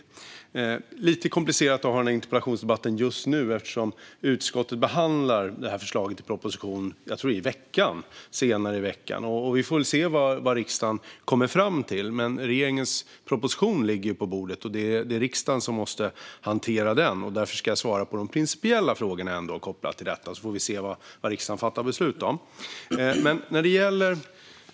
Det är lite komplicerat att ha denna interpellationsdebatt just nu eftersom utskottet behandlar förslaget till proposition senare i veckan. Vi får se vad riksdagen kommer fram till. Men regeringens proposition ligger på bordet, och det är riksdagen som måste hantera den. Därför ska jag svara på de principiella frågorna kopplat till detta, och så får vi se vad riksdagen fattar beslut om.